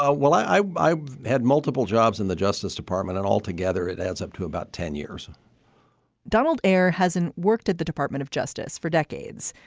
ah well, i i had multiple jobs in the justice department, and altogether it adds up to about ten years donald air hasn't worked at the department of justice for decades,